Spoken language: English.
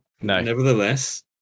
Nevertheless